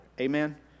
Amen